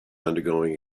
undergoing